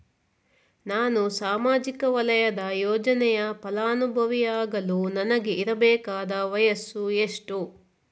ನಾನು ಸಾಮಾಜಿಕ ವಲಯದ ಯೋಜನೆಯ ಫಲಾನುಭವಿ ಯಾಗಲು ನನಗೆ ಇರಬೇಕಾದ ವಯಸ್ಸು ಎಷ್ಟು?